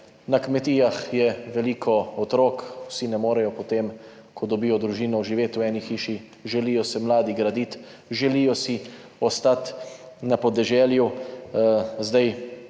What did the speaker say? Na kmetijah je veliko otrok, vsi ne morejo, potem ko dobijo družino, živeti v eni hiši, mladi si želijo graditi, želijo si ostati na podeželju,